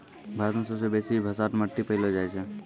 भारत मे सबसे बेसी भसाठ मट्टी पैलो जाय छै